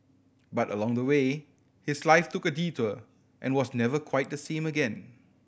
but along the way his life took a detour and was never quite the same again